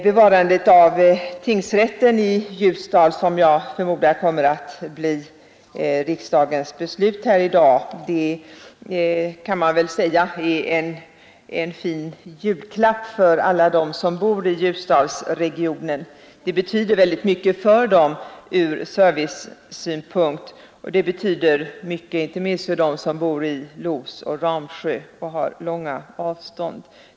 Bevarandet av tingsrätten i Ljusdal, som jag förmodar kommer att bli riksdagens beslut här i dag, är en fin julklapp för alla dem som bor i Ljusdalsregionen. Det betyder mycket för dem från servicesynpunkt, inte minst för invånarna i Los och Ramsjö som har långa avstånd.